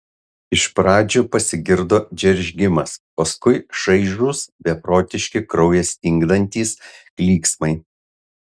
iš pradžių pasigirdo džeržgimas paskui šaižūs beprotiški kraują stingdantys klyksmai